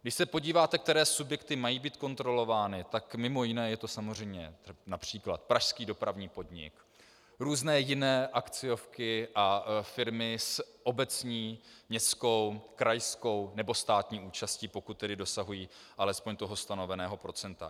Když se podíváte, které subjekty mají být kontrolovány, tak mimo jiné je to například samozřejmě pražský Dopravní podnik, různé jiné akciovky a firmy s obecní, městskou, krajskou nebo státní účastí, pokud tedy dosahují aspoň toho stanoveného procenta.